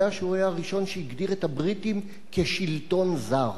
שהוא היה הראשון שהגדיר את הבריטים כשלטון זר.